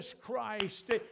Christ